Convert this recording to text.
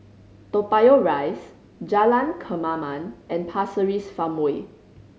Toa Payoh Rise Jalan Kemaman and Pasir Ris Farmway